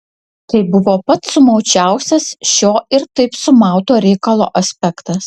tai buvo pats sumaučiausias šio ir taip sumauto reikalo aspektas